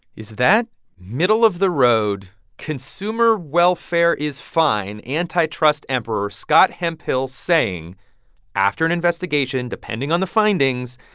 is that middle of the road consumer welfare is fine antitrust emperor scott hemphill saying after an investigation, depending on the findings,